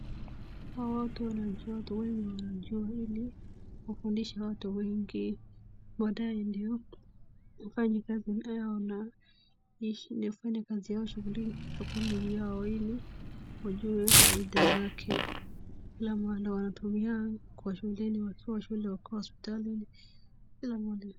Hawa watu wanajua watu wengi wanajua ili wafundishe watu wengi baadae ndio wafanye kazi yao na wafanye kazi yao shughuli ili wajue faida zake. Kila mahali wanatumia, shuleni wanatumia wakiwa shule, wakiwa hospitali, kila mahali.